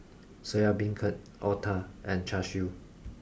Soya Beancurd Otah and Char Siu